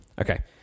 Okay